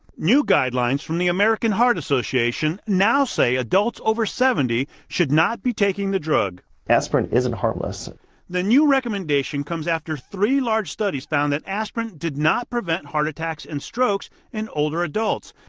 new guidelines from the american heart association now say adults over seventy should not be taking the drug. aspirin isn't harmless. reporter the new recommendation comes after three large studies found that aspirin did not prevent heart attacks and strokes in older adults.